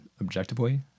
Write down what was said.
objectively